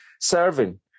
serving